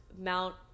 Mount